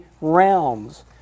realms